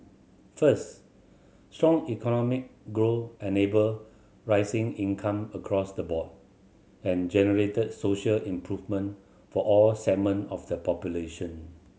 first strong economic growth enabled rising income across the board and generated social improvement for all segment of the population